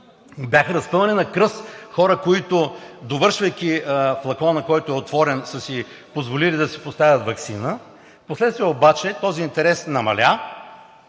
Бяха разпъвани на кръст хората, които, довършвайки флакона, който е отворен, са си позволили да си поставят ваксина. Впоследствие обаче този интерес намаля.